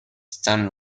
stan